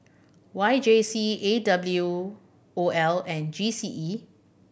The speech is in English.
Y J C A W O L and G C E